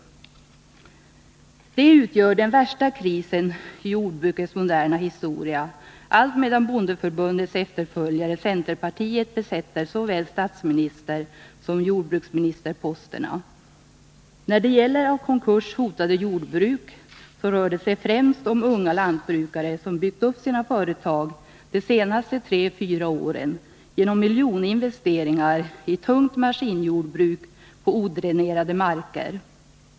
Detta är den värsta krisen i jordbrukets moderna historia, allt medan bondeförbundets efterföljare, centerpartiet, besätter såväl statsministerposten som jordbruksministerposten. När det gäller av konkurs hotade jordbruk rör det sig främst om unga lantbrukare, som byggt upp sina företag under de senaste tre fyra åren genom miljoninvesteringar i tungt maskinjordbruk på odränerade marker.